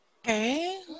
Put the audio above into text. Okay